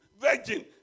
Virgin